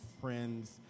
friends